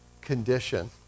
condition